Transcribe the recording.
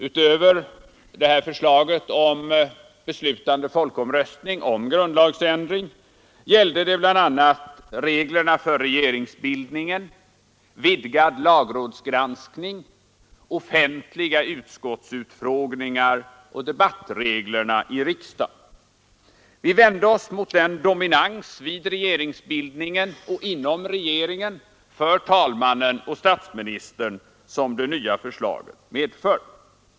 Utöver förslaget om beslutande folkomröstning om grundlagsändring gällde det bl.a. reglerna för regeringsbildningen, vidgad lagrådsgranskning, offentliga utskottsutfrågningar och debattreglerna i riksdagen. Vi vände oss mot den dominans vid regeringsbildningen och inom regeringen för talmannen och statsministern som det nya förslaget medför.